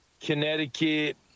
Connecticut